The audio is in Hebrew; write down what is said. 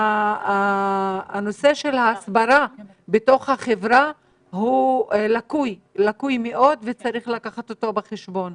הנושא של ההסברה בתוך החברה הוא לקוי מאוד וצריך לקחת אותו בחשבון.